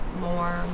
more